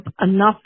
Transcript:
enough